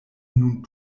nun